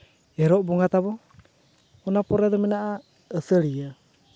ᱮᱨᱚᱜ ᱵᱚᱸᱜᱟ ᱛᱟᱵᱚ ᱚᱱᱟ ᱯᱚᱨᱮ ᱫᱚ ᱢᱮᱱᱟᱜᱼᱟ ᱟᱹᱥᱟᱹᱲᱤᱭᱟᱹ